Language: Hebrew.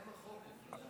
הם החוק, אופיר.